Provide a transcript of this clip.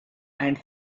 and